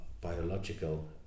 biological